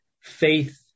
faith